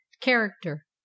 character